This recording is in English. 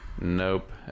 nope